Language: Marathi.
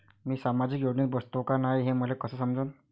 मी सामाजिक योजनेत बसतो का नाय, हे मले कस समजन?